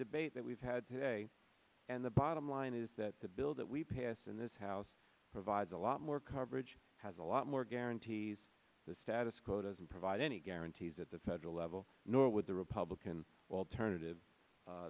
debate that we've had today and the bottom line is that the bill that we passed in this house provides a lot more coverage has a lot more guarantees the status quo doesn't provide any guarantees at the federal level nor with the republican alternative